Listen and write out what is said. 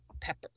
pepper